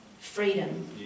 freedom